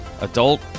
adult